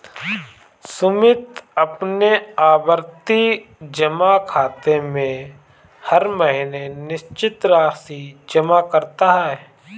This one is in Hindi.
सुमित अपने आवर्ती जमा खाते में हर महीने निश्चित राशि जमा करता है